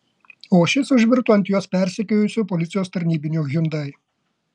o šis užvirto ant juos persekiojusio policijos tarnybinio hyundai